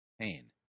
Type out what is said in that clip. pain